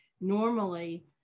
normally